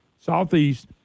southeast